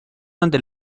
ante